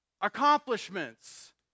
Accomplishments